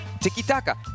tiki-taka